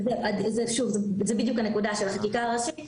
זאת בדיוק הנקודה של חקיקה ראשית,